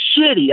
shitty